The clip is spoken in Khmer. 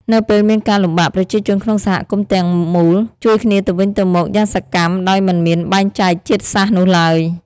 នៅពេលមានការលំបាក ប្រជាជនក្នុងសហគមន៍ទាំងមូលជួយគ្នាទៅវិញទៅមកយ៉ាងសកម្ម ដោយមិនមានបែងចែកជាតិសាសន៍នោះឡើយ។